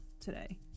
today